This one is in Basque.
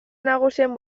nagusien